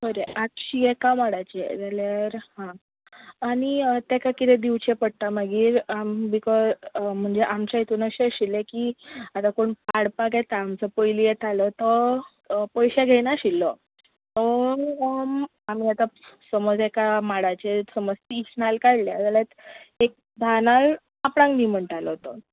बरें आठशी एका माडाचे जाल्यार आनी तेका कितें दिवचें पडटा मागीर बिकोज म्हणचे आमच्या इतून अशें आशिल्लें की जेन्ना कोण पाडपाक येता जो पयलीं येतालो तो पयशे घेनाशिल्लो आमी आतां समज एका माडाचे तीस नाल्ल काडल्या एक धा नाल्ल आपणाक दी म्हणटालो तो